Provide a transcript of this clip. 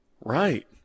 Right